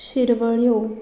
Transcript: शिरवळ्यो